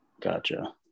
gotcha